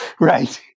Right